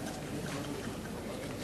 לרשותך, אדוני,